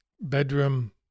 bedroom